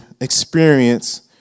experience